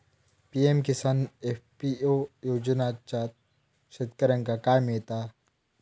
PM Kisan FPO योजनाच्यात शेतकऱ्यांका काय मिळता?